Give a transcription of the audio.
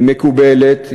היא מקובלת,